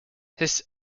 his